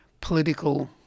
political